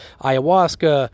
ayahuasca